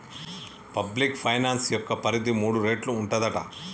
public finance యొక్క పరిధి మూడు రేట్లు ఉంటదట